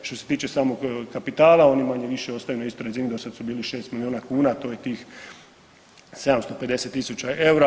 Što se tiče samog kapitala oni manje-više ostaju na istoj razini, dosad su bili 6 milijuna kuna, to je tih 750.000 EUR-a.